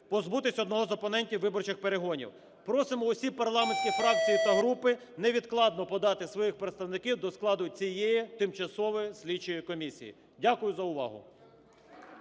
позбутися одного з опонентів виборчих перегонів. Просимо усі парламентські фракції та групи невідкладно подати своїх представників до складу цієї тимчасової слідчої комісії. Дякую за увагу.